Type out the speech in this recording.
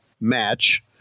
match